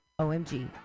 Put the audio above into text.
OMG